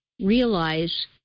realize